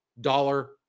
dollar